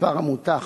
מס' עמותה: